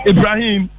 Ibrahim